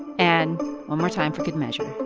and one more time for good measure,